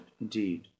indeed